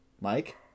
Mike